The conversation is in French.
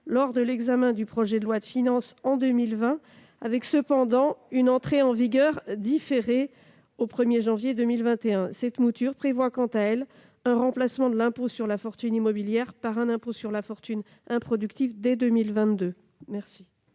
lors de l'examen du projet de loi de finances pour 2020, avec cependant une entrée en vigueur différée au 1 janvier 2021. La présente rédaction prévoit, quant à elle, un remplacement de l'impôt sur la fortune immobilière par un impôt sur la fortune improductive dès 2022.